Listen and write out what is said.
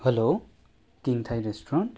hello King Thai restaurant